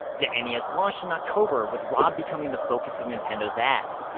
the and nes launched in october, with rob becoming the focus of nintendo's ads.